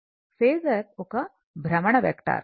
phasor ఒక భ్రమణ vector